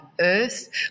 earth